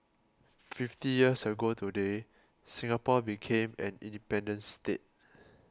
fifty years ago today Singapore became an independent state